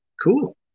Cool